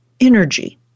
energy